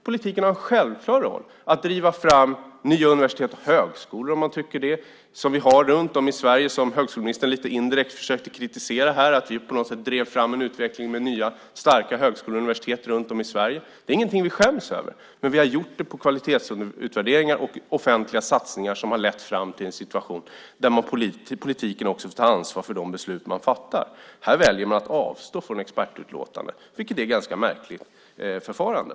Politiken har en självklar roll i att driva fram nya universitet och högskolor, om man tycker det, som vi har runt om i Sverige. Högskoleministern försökte lite indirekt kritisera att vi på något sätt drev fram en utveckling med nya, starka högskolor och universitet runt om i Sverige. Det är ingenting vi skäms över. Men vi har gjort det utifrån kvalitetsutvärderingar och offentliga satsningar som har lett fram till en situation där politiken också får ta ansvar för de beslut som fattas. Här väljer man att avstå från expertutlåtanden, vilket är ett ganska märkligt förfarande.